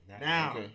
now